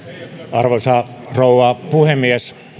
arvoisa rouva puhemies